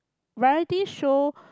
variety show